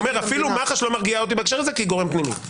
אפילו מח"ש לא מרגיע אותי בהקשר הזה כי היא גורם פנימי,